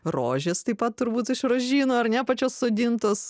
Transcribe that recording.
rožės taip pat turbūt iš rožyno ar ne pačios sodintos